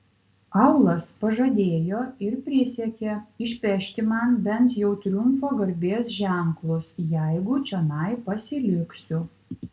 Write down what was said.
aulas pažadėjo ir prisiekė išpešti man bent jau triumfo garbės ženklus jeigu čionai pasiliksiu